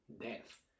death